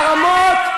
חרמות,